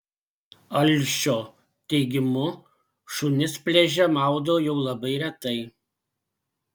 alšio teigimu šunis pliaže maudo jau labai retai